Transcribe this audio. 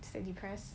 depressed